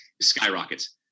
skyrockets